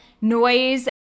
noise